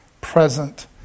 present